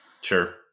Sure